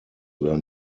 were